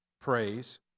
praise